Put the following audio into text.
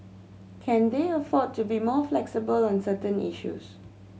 can they afford to be more flexible on certain issues